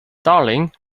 darling